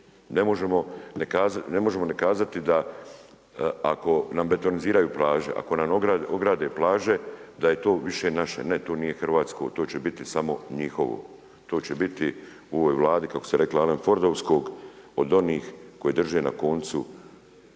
Ne možemo ne kazati da ako nam betoniziraju plaže, ako nam ograde plaže da je to više naše, ne to nije hrvatsko, to će biti samo njihovo. To će biti u ovoj Vladi kako ste rekli Alan Fordovskog, od onih koji drže na koncu